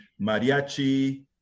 Mariachi